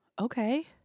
Okay